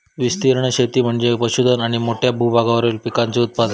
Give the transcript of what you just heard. विस्तीर्ण शेती म्हणजे पशुधन आणि मोठ्या भूभागावरील पिकांचे उत्पादन